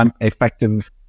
effective